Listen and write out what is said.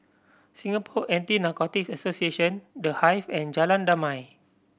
Singapore Anti Narcotics Association The Hive and Jalan Damai